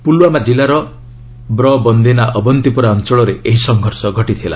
ପୁଲ୍ୟୁମା ଜିଲ୍ଲାର ବ୍ର ବନ୍ଦିନା ଅବନ୍ତିପୋରା ଅଞ୍ଚଳରେ ଏହି ସଂଘର୍ଷ ଘଟିଥିଲା